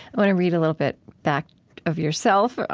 want to read a little bit back of yourself,